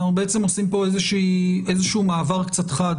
אנחנו עושים פה איזה שהוא מעבר קצת חד